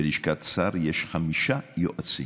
בלשכת שר יש חמישה יועצים.